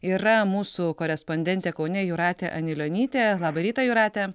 yra mūsų korespondentė kaune jūratė anilionytė labą rytą jūrate